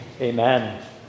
Amen